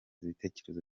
ibitekerezo